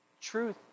Truth